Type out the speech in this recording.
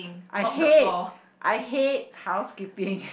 I hate I hate housekeeping